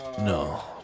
no